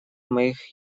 моих